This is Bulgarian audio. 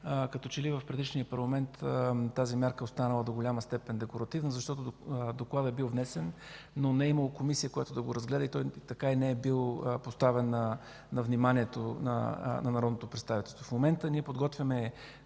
като че ли в предишния парламент тази мярка е останала до голяма степен декоративна, защото докладът е бил внесен, но не е имало комисия, която да го разгледа, и той не е бил поставен на вниманието на народното представителство. В момента подготвяме